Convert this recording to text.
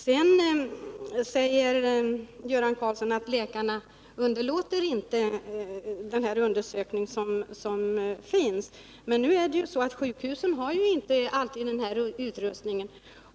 Sedan säger Göran Karlsson att läkarna inte underlåter att göra röntgenundersökningar. Men det är ju så att sjukhusen inte alltid har den här 151 Nr 48 utrustningen.